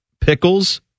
pickles